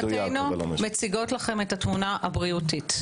מבחינתנו מציגות לכם את התמונה הבריאותית.